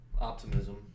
optimism